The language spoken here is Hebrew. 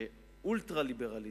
אולטרה ליברליזם.